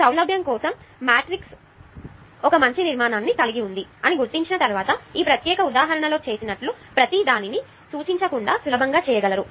సౌలభ్యం కోసం మ్యాట్రిక్స్ ఒక మంచి నిర్మాణాన్ని కలిగి ఉంది అని గుర్తించిన తర్వాత ఈ ప్రత్యేక ఉదాహరణలో చేసినట్లు ప్రతి పదాన్ని సూచించకుండా సులభంగా చేయగలరు